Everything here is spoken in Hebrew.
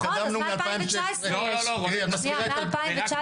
אנחנו התקדמנו מ-2016 -- זה רק הולך ונהיה גרוע משנה לשנה.